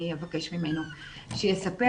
אני אבקש ממנו שיספר.